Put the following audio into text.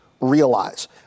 realize